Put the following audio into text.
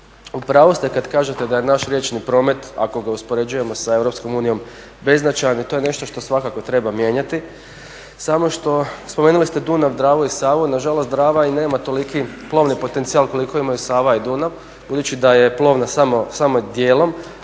U pravu ste kada kažete da je naš riječni promet ako ga uspoređujemo sa Europskom unijom beznačajan i to je nešto što svakako treba mijenjati. Samo što, spomenuli ste Dunav, Dravu i Savu, nažalost Drava i nema toliki plovni potencijal koliko imaju Sava i Dunav, budući da je plovna samo dijelom